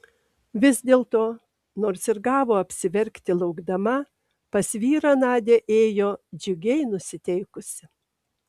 vis dėlto nors ir gavo apsiverkti laukdama pas vyrą nadia įėjo džiugiai nusiteikusi